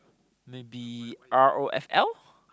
maybe R_O_F_L